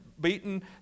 beaten